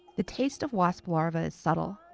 the taste of wasp larvae is subtle,